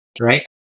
right